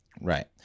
right